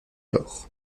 alors